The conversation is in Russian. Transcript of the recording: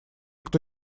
кто